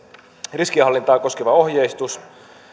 riskienhallintaa koskeva ohjeistus